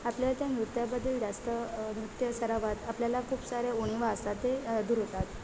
आपल्याला त्या नृत्याबद्दल जास्त नृत्य सरावात आपल्याला खूप साऱ्या उणिवा असतात त्या दूर होतात